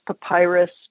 papyrus